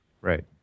Right